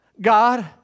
God